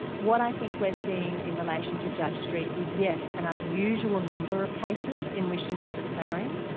what i think we're seeing in relation to judge street is yes an unusual number of cases in which this is occurring,